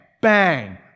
Bang